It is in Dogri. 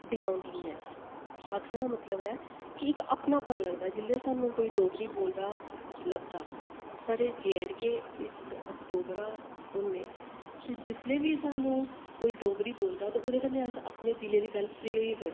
बिलांगिंगनेस आक्खनै दा मतलब ऐ कि इक्क अपनापन लगदा जेल्लै कि कोई स्हानू डोगरी बोल्लदा लभदा अस जेएंडके बिच ते अस डोगरा होने ते जिसलै बी सानूं कोई डोगरी बोल्लदा ते ओह्दे कन्नै अस फ्री होई सकने